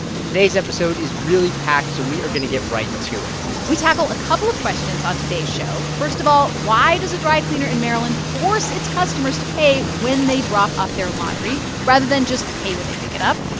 and today's episode is really packed, so we are going to get right to it we tackle a couple of questions on today's show. first of all, why does a dry cleaner in maryland force its customers to pay when they drop off their laundry rather than just pay when they pick it up?